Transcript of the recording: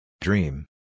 Dream